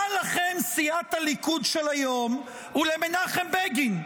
מה לכם, סיעת הליכוד של היום, ומנחם בגין?